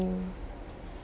mm